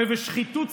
ושחיתות ציבורית,